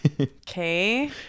okay